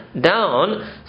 down